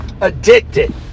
addicted